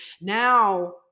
Now